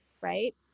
right